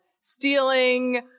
stealing